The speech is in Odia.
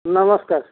ନମସ୍କାର